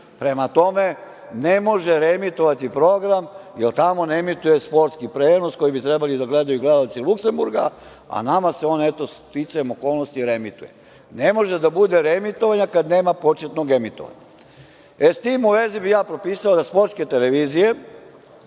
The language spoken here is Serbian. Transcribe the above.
Prema tome, ne može reemitovati program jer tamo ne emituje sportski prenos koji bi trebali da gledaju gledaoci Luksemburga, a nama se on eto sticajem okolnosti reemituje. Ne može da bude reemitovanja kada nema po početnog emitovanja.S tim u vezi bi ja propisao da sportske televizije,